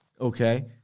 Okay